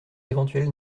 éventuel